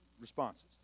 responses